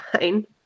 fine